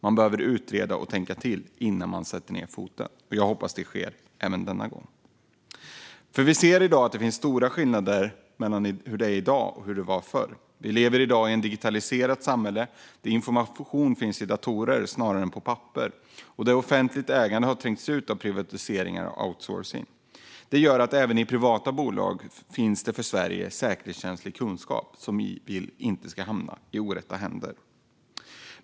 Man behöver utreda och tänka till innan man sätter ned foten. Jag hoppas att det sker även denna gång. Vi ser nämligen att det finns stora skillnader mellan hur det är i dag och hur det var förr. Vi lever i dag i ett digitaliserat samhälle där information finns i datorer snarare än på papper och där offentligt ägande har trängts ut av privatiseringar och outsourcing. Det gör att det även i privata bolag finns för Sverige säkerhetskänslig kunskap som vi inte vill ska hamna i orätta händer.